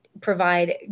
provide